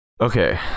okay